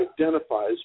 identifies